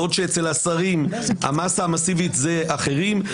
בעוד שאצל השרים המסה המסיבית זה אחרים.